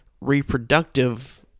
reproductive